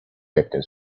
captain